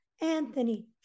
Anthony